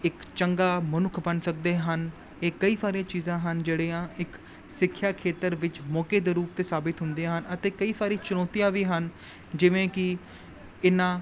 ਇੱਕ ਚੰਗਾ ਮਨੁੱਖ ਬਣ ਸਕਦੇ ਹਨ ਇਹ ਕਈ ਸਾਰੀਆਂ ਚੀਜ਼ਾਂ ਹਨ ਜਿਹੜੀਆਂ ਇੱਕ ਸਿੱਖਿਆ ਖੇਤਰ ਵਿੱਚ ਮੌਕੇ ਦੇ ਰੂਪ 'ਤੇ ਸਾਬਿਤ ਹੁੰਦੀਆਂ ਹਨ ਅਤੇ ਕਈ ਸਾਰੀ ਚੁਣੋਤੀਆਂ ਵੀ ਹਨ ਜਿਵੇਂ ਕਿ ਇਨ੍ਹਾਂ